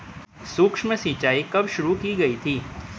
सूक्ष्म सिंचाई कब शुरू की गई थी?